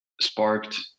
sparked